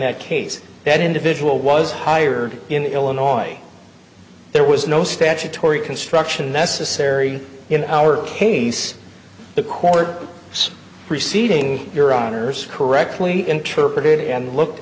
that case that individual was hired in illinois there was no statutory construction necessary in our case the court said preceding your honour's correctly interpreted and looked